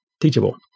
teachable